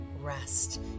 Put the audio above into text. rest